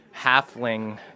halfling